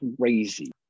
crazy